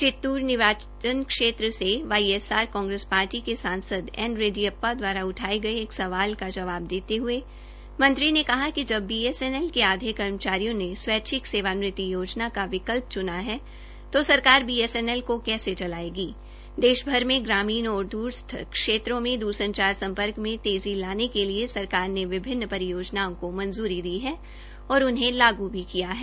चित्र निर्वाचन क्षेत्र से वाईएसआर कांग्रेस पार्टी क सांसद एन रेड्डीप्या द्वारा उठाये गये एक सवाल का जवाब देते हये मंत्री ने कहा कि जब बीएसएनएल के आधे कर्मचारियों ने स्वैच्छिक सेवानिवृति योजना का विकल्प चुना है तो सरकार बीएसएनएल को कैसे चलायेंगी देश भर में ग्रामीण और दूरस्थ क्षेत्रों में दूर संचार सम्पर्क में तेज़ी लाने के लिए सरकार ने विभिन्न परियोजनाओं का मंजूरी दी है और उन्हें लागू किया है